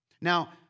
Now